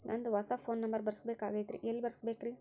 ನಂದ ಹೊಸಾ phone number ಬರಸಬೇಕ್ ಆಗೈತ್ರಿ ಎಲ್ಲೆ ಬರಸ್ಬೇಕ್ರಿ?